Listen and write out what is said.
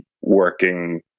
working